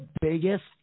biggest